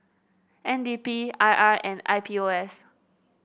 N D P I R and I P O S